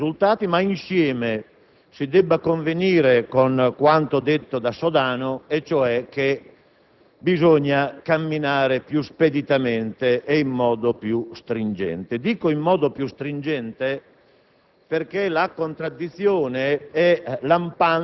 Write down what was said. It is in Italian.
Pecoraro Scanio di essersi battuto e di aver ottenuto dei risultati, ma che insieme si debba convenire con quanto detto dal senatore Sodano e cioè che bisogna camminare più speditamente e in modo più stringente. Dico in modo più stringente